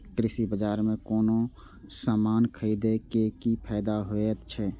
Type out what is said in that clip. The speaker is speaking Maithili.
कृषि बाजार में कोनो सामान खरीदे के कि फायदा होयत छै?